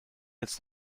its